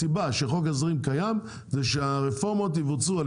הסיבה שחוק ההסדרים קיים זה שהרפורמות יבוצעו על